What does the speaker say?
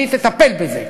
שהיא תטפל בזה,